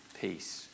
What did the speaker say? peace